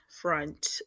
front